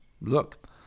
Look